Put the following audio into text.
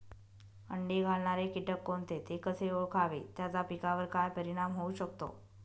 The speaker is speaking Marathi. अंडी घालणारे किटक कोणते, ते कसे ओळखावे त्याचा पिकावर काय परिणाम होऊ शकतो?